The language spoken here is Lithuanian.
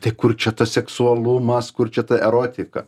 tai kur čia tas seksualumas kur čia ta erotika